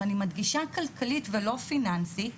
ואני מדגישה כלכלית ולא פיננסית,